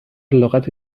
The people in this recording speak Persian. لغتی